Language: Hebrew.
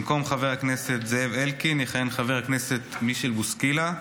במקום חבר הכנסת זאב אלקין יכהן חבר הכנסת מישל בוסקילה,